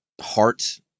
heart